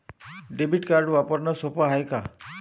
Debit card वापरणं सोप हाय का?